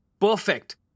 Perfect